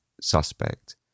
suspect